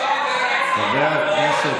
סכנה, קחו אותו, חבר הכנסת